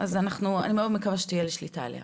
בסדר, אז אני מאוד מקווה שתהיה לי שליטה עליה.